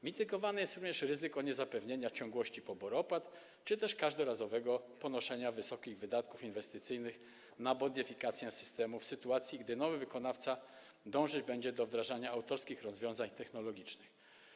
Mitygowane, ograniczane jest również ryzyko niezapewnienia ciągłości poboru opłat czy też każdorazowego ponoszenia wysokich wydatków inwestycyjnych na bonifikację systemów w sytuacji, gdy nowy wykonawca dążyć będzie do wdrażania autorskich rozwiązań technologicznych.